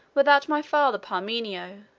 without my father parmenio?